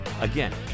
Again